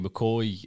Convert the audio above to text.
McCoy